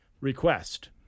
Request